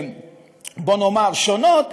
בוא נאמר שונות,